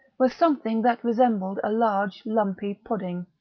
was something that resembled a large lumpy pudding,